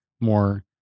more